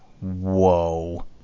Whoa